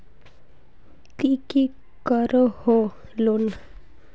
ती की करोहो लोन?